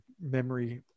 memory